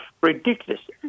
Ridiculous